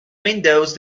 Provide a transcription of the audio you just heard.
windows